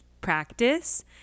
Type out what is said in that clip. practice